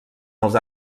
els